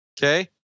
Okay